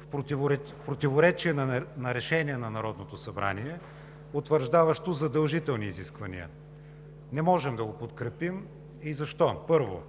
в противоречие на решение на Народното събрание, утвърждаващо задължителни изисквания. Не можем да го подкрепим – защо? Първо,